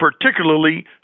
particularly